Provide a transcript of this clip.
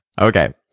okay